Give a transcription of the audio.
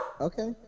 Okay